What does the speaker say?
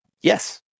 Yes